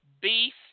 beef